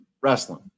wrestling